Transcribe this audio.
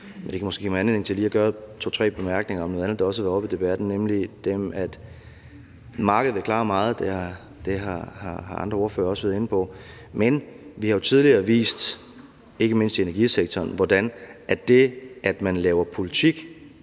det kan måske give mig anledning til lige at komme med to-tre bemærkninger om noget andet, der også har været oppe i debatten, nemlig at markedet kan klare meget – det har andre ordførere været inde på – men vi jo har tidligere vist, ikke mindst i energisektoren, hvordan det, at man laver politik,